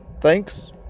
thanks